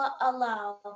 allow